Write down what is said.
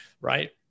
Right